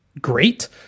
great